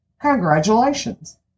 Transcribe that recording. congratulations